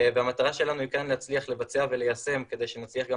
והמטרה שלנו היא כן להצליח לבצע וליישם כדי שנצליח גם